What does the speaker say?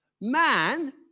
Man